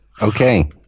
Okay